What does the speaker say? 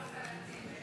חברי